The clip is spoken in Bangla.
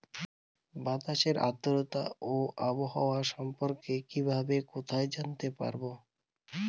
বাতাসের আর্দ্রতা ও আবহাওয়া সম্পর্কে কিভাবে কোথায় জানতে পারবো?